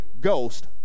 Ghost